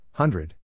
Hundred